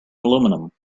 aluminium